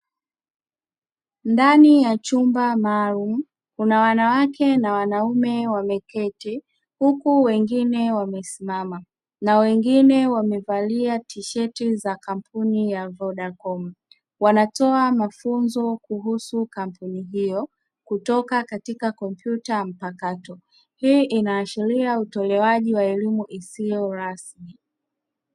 Ndani ya chumba maalumu kuna wanawake na wanaume wameketi, huku wengine wamesimama na wengine wamevalia tisheti za kampuni ya "VODACOM" wanatoa mafunzo kuhusu kampuni hiyo kutoka katika kompyuta mpakato hii inaashiria utolewaji wa elimu isiyo ramsi.